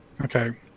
Okay